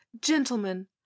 Gentlemen